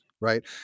right